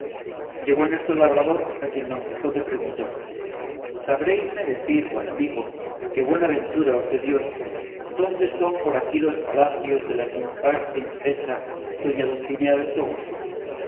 llegó en esto el labrador a quien don quijote preguntó sabréisme decir buen amigo que buena ventura os dé dios dónde son por aquí los palacios de la sin par princesa doña dulcinea del toboso